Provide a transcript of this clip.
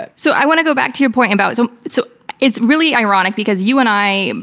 but so i want to go back to your point about. so, it's so it's really ironic because you and i,